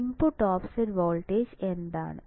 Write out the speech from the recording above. input offset voltage എന്താണ്